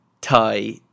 Thai